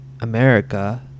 America